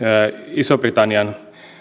ison britannian